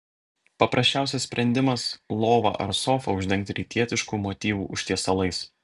paprasčiausias sprendimas lovą ar sofą uždengti rytietiškų motyvų užtiesalais